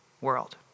world